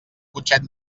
cotxet